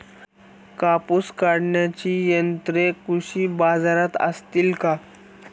कापूस काढण्याची यंत्रे कृषी बाजारात असतील का?